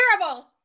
terrible